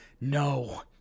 No